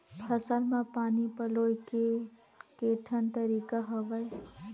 फसल म पानी पलोय के केठन तरीका हवय?